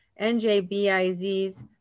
NJBIZ's